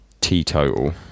teetotal